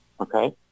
Okay